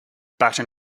baton